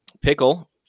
Pickle